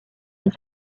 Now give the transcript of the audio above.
est